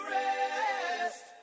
rest